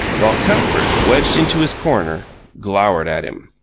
while cuthbert, wedged into his corner, glowered at him.